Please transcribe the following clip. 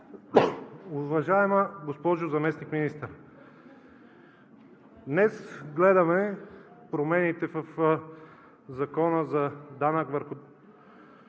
Уважаема госпожо Заместник-министър, днес гледаме промените в Закона за данък върху